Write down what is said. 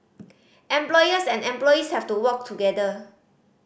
employers and employees have to work together